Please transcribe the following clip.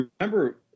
remember